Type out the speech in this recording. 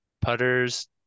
putters